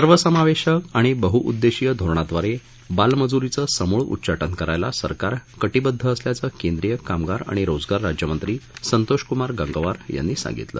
सर्वसमावेशक आणि बहुउद्देशीय धोरणाद्वारे बालमजुरीचं समूळ उच्चाटन करायला सरकार कटीबद्व असल्याचं केंद्रीय कामगार आणि रोजगार राज्यमंत्री संतोष कुमार गंगवार यांनी सांगितलं